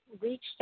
reached